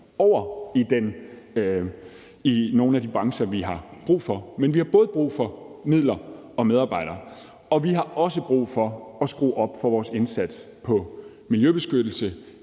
dem i nogle af de brancher, vi har brug for. Men vi har både brug for midler og medarbejdere. Og vi har også brug for at skrue op for vores indsats i forhold til miljøbeskyttelse